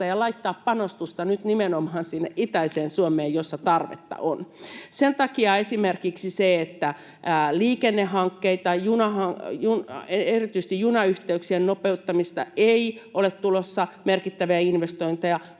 ja laittaa panostusta nyt nimenomaan sinne itäiseen Suomeen, missä tarvetta on. Liikennehankkeisiin, erityisesti junayhteyksien nopeuttamiseen, ei ole tulossa merkittäviä investointeja,